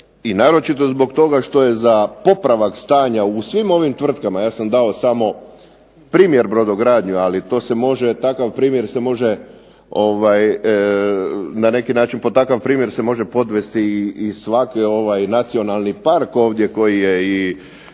i naročito zbog toga što je za popravak stanja u svim ovim tvrtkama, ja sam dao samo primjer brodogradnju, ali to se može takav primjer se može na neki način pod takav primjer se može podvesti i svaki ovaj nacionalni park ovdje koji je i